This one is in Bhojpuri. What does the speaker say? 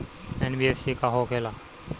एन.बी.एफ.सी का होंखे ला?